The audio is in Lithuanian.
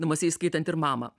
namuose įskaitant ir mamą